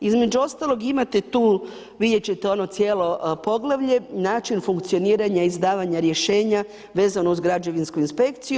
Između ostalog imate tu, vidjeti ćete ono cijelo poglavlje, način funkcioniranja izdavanja rješenja vezano uz građevinsku inspekciju.